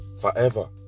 forever